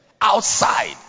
outside